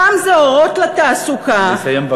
פעם זה "אורות לתעסוקה" לסיים בבקשה.